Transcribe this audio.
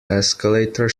escalator